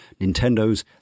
Nintendo's